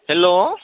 hello